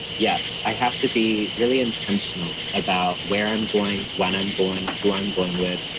yes, i have to be really intentional about where i'm going, when i'm going, who i'm going with,